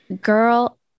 girl